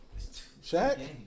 Shaq